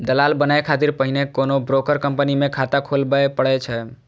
दलाल बनै खातिर पहिने कोनो ब्रोकर कंपनी मे खाता खोलबय पड़ै छै